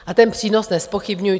A ten přínos nezpochybňujte.